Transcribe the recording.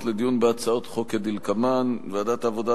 לדיון בהצעות חוק כדלקמן: ועדת העבודה,